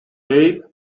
babe